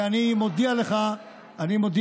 ואני מודיע לכם,